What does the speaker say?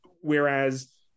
whereas